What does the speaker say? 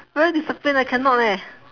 very disciplined I cannot eh